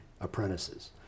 apprentices